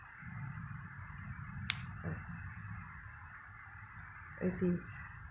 oh I see